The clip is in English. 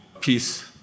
peace